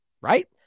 Right